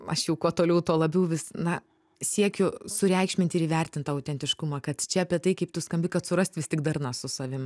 aš jau kuo toliau tuo labiau vis na siekiu sureikšmint ir įvertint tą autentiškumą kad čia apie tai kaip tu skambi kad surasti vis tik darną su savim